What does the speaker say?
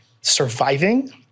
surviving